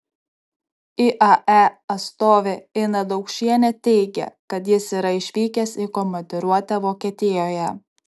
iae atstovė ina daukšienė teigė kad jis yra išvykęs į komandiruotę vokietijoje